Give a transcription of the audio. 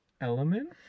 element